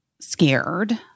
scared